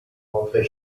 rentrer